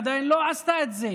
עדיין לא עשתה את זה,